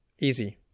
Easy